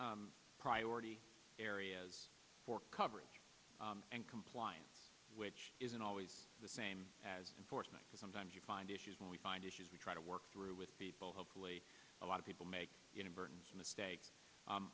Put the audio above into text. priority areas for coverage and compliance which isn't always the same as unfortunately sometimes you find issues when we find issues we try to work through with people hopefully a lot of people make you know burns mistake